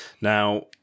Now